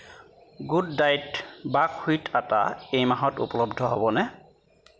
good diet buckwheat আটা এই মাহত উপলব্ধ হ'বনে